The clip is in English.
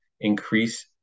increase